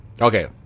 Okay